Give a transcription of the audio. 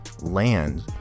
land